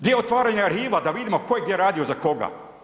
Di je otvaranja arhiva da vidimo ko je gdje radio za koga?